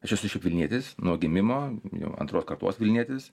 aš esu šiaip vilnietis nuo gimimo jau antros kartos vilnietis